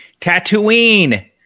Tatooine